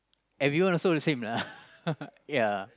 everyone also the same lah ya